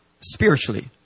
spiritually